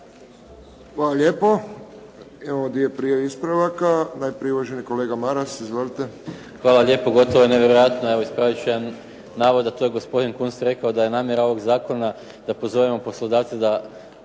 Hvala lijepo. Imamo dvije prijave ispravaka. Najprije uvaženi kolega Maras. Izvolite. **Maras, Gordan (SDP)** Hvala lijepo. Gotovo nevjerojatno, evo ispraviti ću jedan navod, a to je gospodin Kunst rekao, da je namjera ovoga zakona da pozovemo poslodavce da